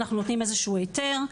אנחנו נותנים איזשהו היתר.